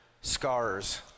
scars